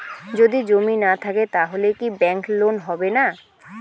যদি জমি না থাকে তাহলে কি ব্যাংক লোন হবে না?